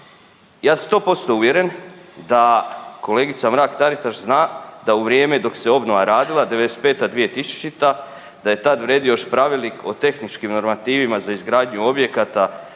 Ja sam 100% uvjeren da kolegica Mrak Taritaš zna da u vrijeme dok se obnova radila '95.-2000. da je tada vrijedio još Pravilnik o tehničkim normativima za izgradnju objekata